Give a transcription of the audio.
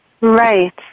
Right